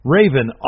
Raven